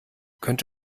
könnte